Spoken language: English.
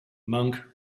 monk